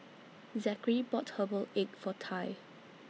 Zackery bought Herbal Egg For Tai